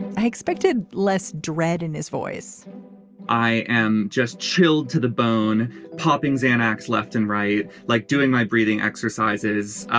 i expected less dread in his voice i am just chilled to the bone popping xanax left and right. like doing my breathing exercises.